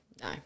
no